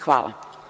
Hvala.